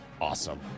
awesome